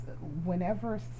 whenever